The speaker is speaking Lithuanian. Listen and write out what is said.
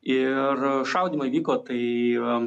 ir šaudymai vyko tai